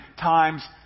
times